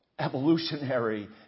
Evolutionary